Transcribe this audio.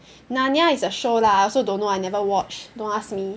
Narnia is a show lah I also don't know I never watch don't ask me